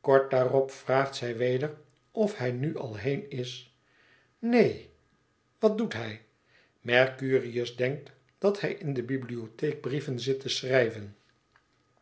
kort daarop vraagt zij weder of hij nu al heen is neen wat doet hij mercurius denkt dat hij in de bibliotheek brieven zit te schrijven